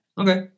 Okay